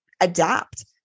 adapt